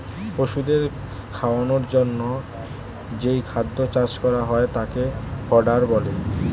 পশুদের খাওয়ানোর জন্যে যেই খাদ্য চাষ করা হয় তাকে ফডার বলে